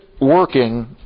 working